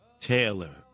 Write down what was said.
Taylor